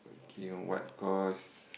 okay what course